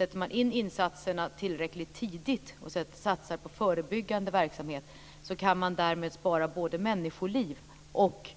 Om man sätter in insatserna tillräckligt tidigt och satsar på förebyggande verksamhet kan man därmed både spara människoliv och